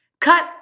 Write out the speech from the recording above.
Cut